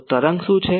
તો તરંગ શું છે